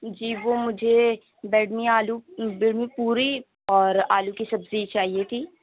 جی وہ مجھے بیگن آلو پوڑی اور آلو کی سبزی چاہیے تھی